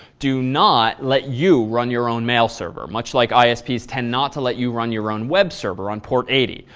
do not let you run your own mail server, much like isps tend not to let you run your own web server on port eighty.